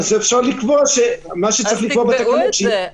צריך לקבוע בתקנות שיהיה --- אז תקבעו את זה.